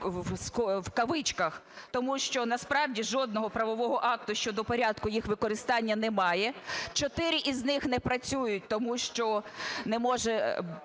(в кавичках), тому що насправді жодного правого акти щодо порядку їх використання немає, 4 із них не працюють, тому що не може